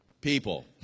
People